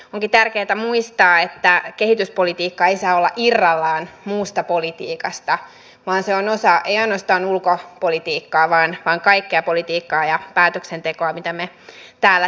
onkin tärkeätä muistaa että kehityspolitiikka ei saa olla irrallaan muusta politiikasta vaan se on osa ei ainoastaan ulkopolitiikkaa vaan kaikkea politiikkaa ja päätöksentekoa mitä me täällä teemme